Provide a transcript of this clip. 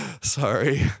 Sorry